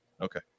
Okay